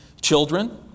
Children